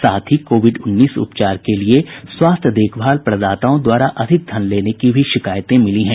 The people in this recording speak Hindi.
साथ ही कोविड उन्नीस उपचार के लिए स्वास्थ्य देखभाल प्रदाताओं द्वारा अधिक धन लेने की भी शिकायतें मिली हैं